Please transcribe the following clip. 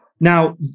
Now